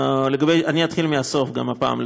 אני אתחיל מהסוף גם הפעם.